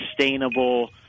sustainable